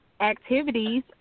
activities